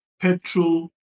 Petrol